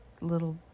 little